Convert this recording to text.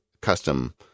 custom